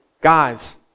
guys